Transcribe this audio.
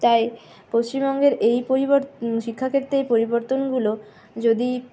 তাই পশ্চিমবঙ্গের এই শিক্ষাক্ষেত্রে এই পরিবর্তনগুলো যদি